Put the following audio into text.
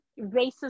racist